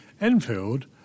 Enfield